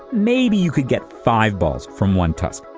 maybe you could get five balls from one tusk,